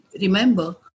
Remember